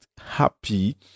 happy